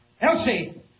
Elsie